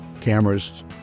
cameras